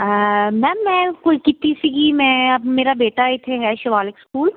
ma'am ਮੈਂ ਕੀਤੀ ਸੀਗੀ ਮੈਂ ਮੇਰਾ ਬੇਟਾ ਇੱਥੇ ਹੈ ਸ਼ਿਵਾਲਿਕ ਸਕੂਲ